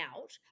out